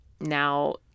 Now